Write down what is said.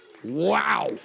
Wow